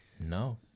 No